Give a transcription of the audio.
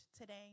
today